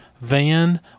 van